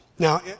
Now